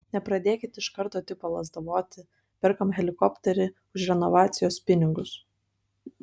nepradėkit iš karto tipo lazdavoti perkam helikopterį už renovacijos pinigus